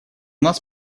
нас